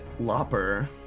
lopper